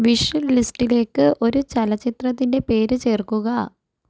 വിഷു ലിസ്റ്റിലേക്ക് ഒരു ചലച്ചിത്രത്തിൻ്റെ പേര് ചേർക്കുക